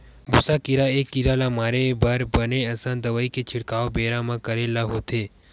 भूसा कीरा ए कीरा ल मारे बर बने असन दवई के छिड़काव बेरा म करे ले होथे